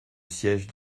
siége